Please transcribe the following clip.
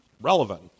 relevant